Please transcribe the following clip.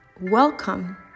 welcome